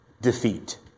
defeat